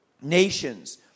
nations